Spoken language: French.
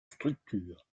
structure